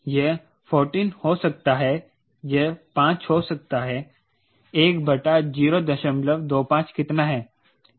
यह 14 हो सकता है यह 5 हो सकता है 1 बटा 025 कितना है यह 4 है